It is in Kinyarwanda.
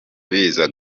biza